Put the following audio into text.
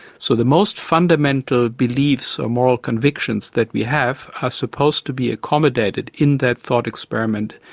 so the most fundamental beliefs or moral convictions that we have are supposed to be accommodated in that thought experiment.